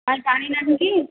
କାହିଁକି ପାଣି ନାହିଁ କି